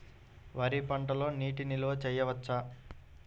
వరి పంటలో నీటి నిల్వ చేయవచ్చా?